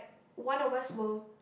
one of us will